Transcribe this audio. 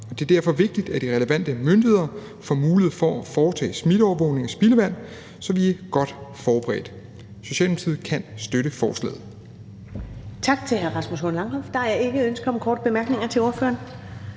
Det er derfor vigtigt, at de relevante myndigheder får mulighed for at foretage smitteovervågning af spildevand, så vi er godt forberedt. Socialdemokratiet kan støtte forslaget.